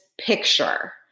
picture